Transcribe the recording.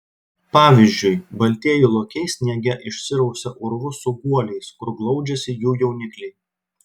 pavyzdžiui baltieji lokiai sniege išsirausia urvus su guoliais kur glaudžiasi jų jaunikliai